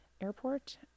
Airport